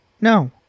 No